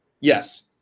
Yes